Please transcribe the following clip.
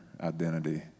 identity